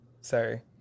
sorry